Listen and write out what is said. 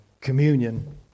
communion